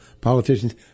politicians